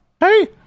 Hey